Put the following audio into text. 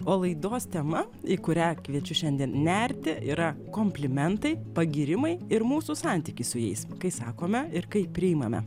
o laidos tema į kurią kviečiu šiandien nerti yra komplimentai pagyrimai ir mūsų santykis su jais kai sakome ir kai priimame